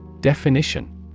Definition